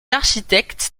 architectes